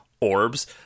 orbs